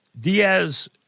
Diaz